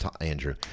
Andrew